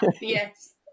Yes